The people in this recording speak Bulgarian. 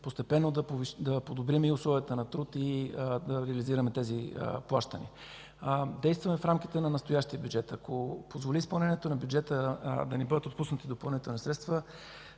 постепенно да подобрим условията на труд и да реализираме тези плащания. Действаме в рамките на настоящия бюджет. Ако позволи изпълнението на бюджета да ни бъдат отпуснати допълнителни средства,